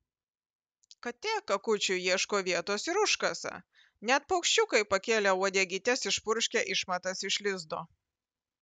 katė kakučiui ieško vietos ir užkasa net paukščiukai pakėlę uodegytes išpurškia išmatas iš lizdo